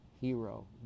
Hero